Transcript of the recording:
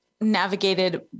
navigated